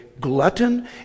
glutton